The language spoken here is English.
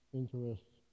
interests